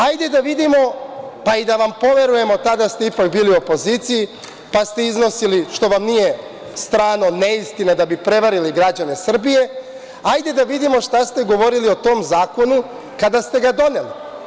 Hajde da vidimo, pa i da vam poverujemo, tada ste ipak bili u opoziciji, pa ste iznosili, što vam nije strano, neistine da bi prevarili građane Srbije, hajde da vidimo šta ste govorili o tom zakonu kada ste ga doneli.